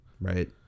right